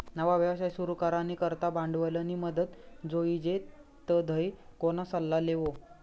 नवा व्यवसाय सुरू करानी करता भांडवलनी मदत जोइजे तधय कोणा सल्ला लेवो